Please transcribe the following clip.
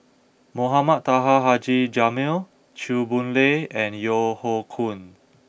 Mohamed Taha Haji Jamil Chew Boon Lay and Yeo Hoe Koon